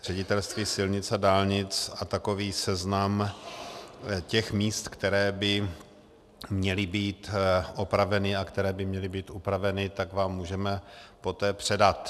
Ředitelství silnic a dálnic, a takový seznam těch míst, která by měla být opravena a která by měla být upravena, vám můžeme poté předat.